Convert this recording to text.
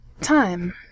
Time